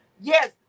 yes